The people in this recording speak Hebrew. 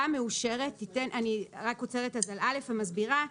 אני רק עוצרת על (א) ומסבירה.